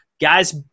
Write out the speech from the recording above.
Guys